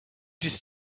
just